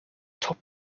top